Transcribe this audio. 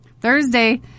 Thursday